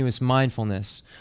mindfulness